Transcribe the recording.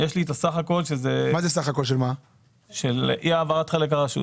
יש לי את הסך הכול של אי העברת חלק הרשות.